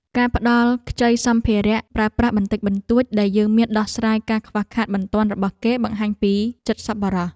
ការផ្តល់ខ្ចីសម្ភារៈប្រើប្រាស់បន្តិចបន្តួចដែលយើងមានដោះស្រាយការខ្វះខាតបន្ទាន់របស់គេបង្ហាញពីចិត្តសប្បុរស។